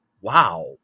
Wow